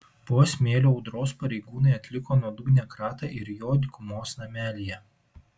po smėlio audros pareigūnai atliko nuodugnią kratą ir jo dykumos namelyje